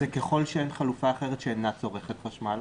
ואם נעדכן: ככל שאין חלופה אחרת שאינה צורכת חשמל?